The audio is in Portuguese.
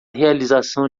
realização